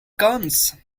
comes